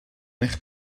eich